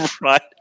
Right